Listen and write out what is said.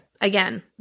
Again